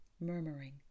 murmuring